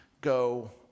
go